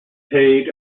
paid